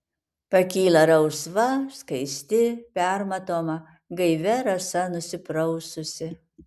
pakyla rausva skaisti permatoma gaivia rasa nusipraususi